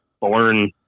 born